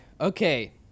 Okay